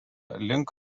link